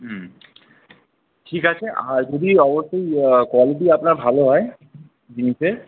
হুম ঠিক আছে যদি অবশ্যই কোয়ালিটি আপনার ভালো হয় জিনিসের